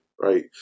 Right